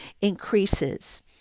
increases